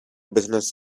business